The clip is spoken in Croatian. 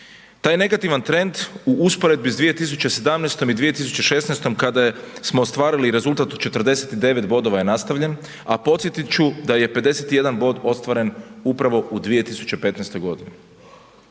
Taj negativan trend u usporedbi sa 2017. i 2016. kada smo ostvarili rezultat od 49 bodova je nastavljen, a podsjetit ću da je 51 bod ostvaren upravo u 2015. godini.